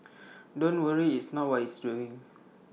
don't worry it's knows what it's doing